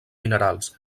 minerals